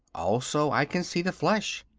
also i can see the flesh.